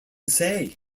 say